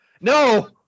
No